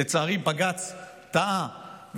לצערי בג"ץ טעה,